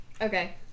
Okay